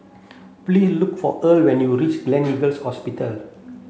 please look for Earl when you reach Gleneagles Hospital